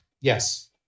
Yes